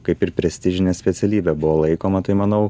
kaip ir prestižine specialybe buvo laikoma tai manau